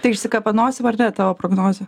tai išsikapanosim ar ne tavo prognozė